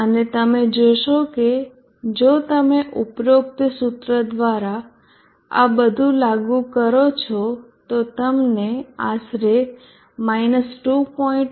અને તમે જોશો કે જો તમે ઉપરોક્ત સૂત્ર દ્વારા આ બધુ લાગુ કરો છો તો તમને આશરે -2